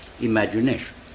imagination